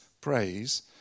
praise